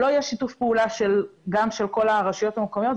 לא יהיה שיתוף פעולה גם של כל הרשויות המקומיות,